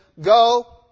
go